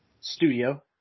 studio